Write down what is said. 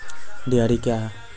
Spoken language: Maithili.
डेयरी क्या हैं?